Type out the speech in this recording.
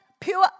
pure